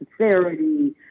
sincerity